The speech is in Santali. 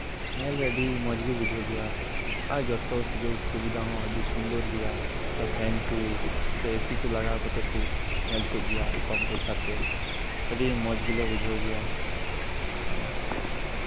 ᱧᱮᱞᱨᱮ ᱟᱹᱰᱤ ᱢᱚᱸᱡᱽ ᱜᱮ ᱵᱩᱡᱷᱟᱹᱜ ᱜᱮᱭᱟ ᱟᱨ ᱡᱚᱛᱚ ᱥᱩᱡᱚᱜ ᱥᱩᱵᱤᱛᱟ ᱦᱚᱸ ᱟᱹᱰᱤ ᱥᱩᱱᱫᱚᱨ ᱜᱮᱭᱟ ᱟᱨ ᱯᱷᱮᱱ ᱠᱚ ᱥᱮ ᱮᱥᱤᱠᱚ ᱞᱟᱜᱟᱣ ᱠᱟᱛᱮᱫ ᱠᱚ ᱧᱮᱞ ᱚᱪᱚᱜ ᱜᱮᱭᱟ ᱠᱚᱢ ᱯᱩᱭᱟᱥᱟᱛᱮ ᱟᱹᱰᱤ ᱢᱚᱸᱡᱽ ᱜᱮᱞᱮ ᱵᱩᱡᱷᱟᱹᱣ ᱜᱮᱭᱟ ᱚᱱᱟ